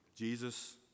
Jesus